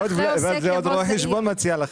זה עוד רואה חשבון מציע לכם.